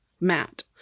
Matt